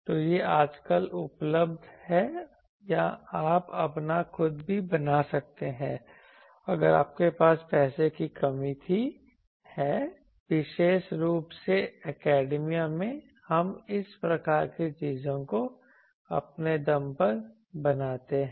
तो ये आजकल उपलब्ध हैं या आप अपना खुद का भी बना सकते हैं अगर आपके पास पैसे की कमी थी विशेष रूप से एकेडमीयां में हम इस प्रकार की चीज़ों को अपने दम पर बनाते हैं